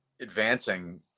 advancing